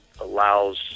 allows